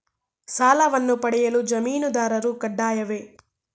ಸಾಲವನ್ನು ಪಡೆಯಲು ಜಾಮೀನುದಾರರು ಕಡ್ಡಾಯವೇ?